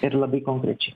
ir labai konkrečiai